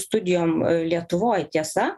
studijom lietuvoj tiesa